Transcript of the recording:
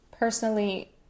Personally